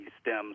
stems